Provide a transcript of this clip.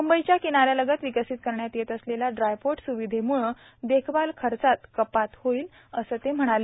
मुंबईच्या किनाऱ्यालगत विकसित करण्यात येत असलेल्या ड्राय पोर्ट स्विधेम्ळे देखभाल खर्चात कपात होईल असं ते म्हणाले